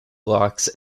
locks